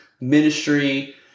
Ministry